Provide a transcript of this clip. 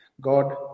God